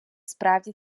справді